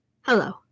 Hello